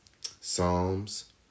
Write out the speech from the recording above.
Psalms